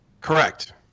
Correct